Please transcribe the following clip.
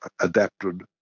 adapted